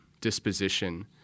disposition